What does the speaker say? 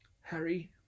Harry